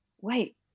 wait